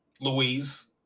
Louise